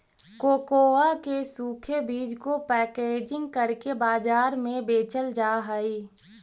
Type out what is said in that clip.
cocoa के सूखे बीज को पैकेजिंग करके बाजार में बेचल जा हई